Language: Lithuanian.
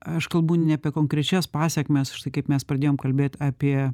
aš kalbu ne apie konkrečias pasekmes štai kaip mes pradėjom kalbėti apie